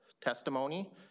testimony